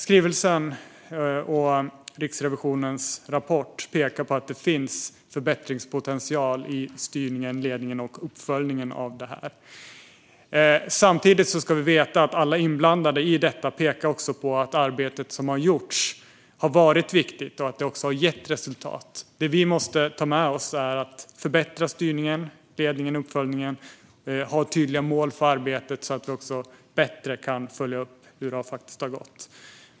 Skrivelsen och Riksrevisionens rapport pekar på att det finns förbättringspotential i styrningen, ledningen och uppföljningen av det här. Samtidigt ska vi veta att alla inblandade i detta också pekar på att det arbete som har gjorts har varit viktigt och att det har gett resultat. Det vi måste ta med oss handlar om att förbättra styrningen, ledningen och uppföljningen och om att ha tydliga mål för arbetet så att vi bättre kan följa upp hur det faktiskt har gått.